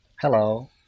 Hello